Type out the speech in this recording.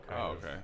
okay